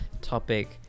topic